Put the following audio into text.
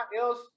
else